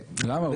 למה?